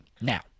now